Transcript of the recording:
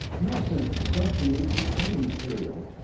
now, since the stuff can leak through any material,